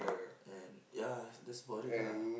and ya that's about it lah